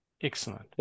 Excellent